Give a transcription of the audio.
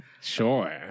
Sure